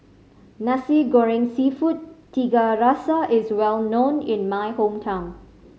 Nasi Goreng Seafood Tiga Rasa is well known in my hometown